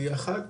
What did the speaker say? אחת,